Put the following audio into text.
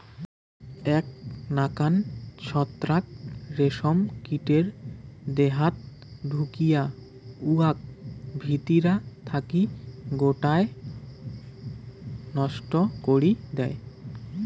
এ্যাক নাকান ছত্রাক রেশম কীটের দেহাত ঢুকিয়া উয়াক ভিতিরা থাকি গোটায় নষ্ট করি দ্যায়